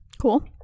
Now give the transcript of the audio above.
cool